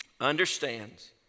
understands